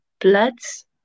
bloods